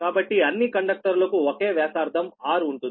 కాబట్టి అన్ని కండక్టర్లకు ఒకే వ్యాసార్థం r ఉంటుంది